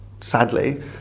sadly